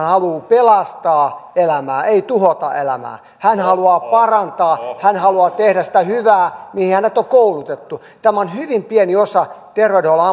haluaa pelastaa elämää ei tuhota elämää hän haluaa parantaa hän haluaa tehdä sitä hyvää mihin hänet on koulutettu tämä on hyvin pieni osa terveydenhuollon